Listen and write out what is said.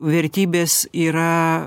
vertybės yra